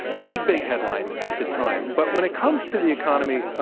big, big headline at the time. but when it comes to the economy,